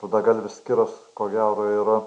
rudagalvis kiras ko gero yra